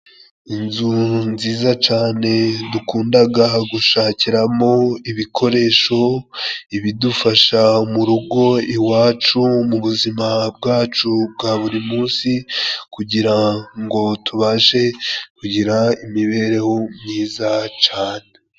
Inzu nziza cane dukundaga gushakiramo ibikoresho ibidufasha mu rugo iwacu mu buzima bwacu bwa buri munsi kugira ngo tubashe kugira imibereho myiza cane.